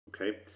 okay